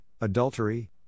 adultery